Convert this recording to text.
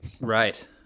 right